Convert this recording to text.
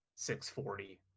640